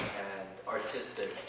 and artistic